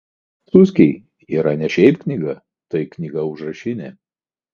atia suskiai yra ne šiaip knyga tai knyga užrašinė